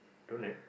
don't have